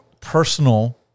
personal